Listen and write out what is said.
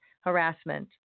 harassment